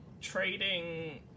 trading